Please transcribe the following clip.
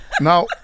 Now